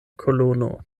kolono